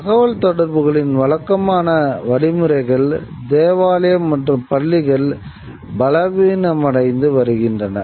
தகவல்தொடர்புகளின் வழக்கமான வழிமுறைகள் தேவாலயம் மற்றும் பள்ளிகள் பலவீனமடைந்து வருகின்றன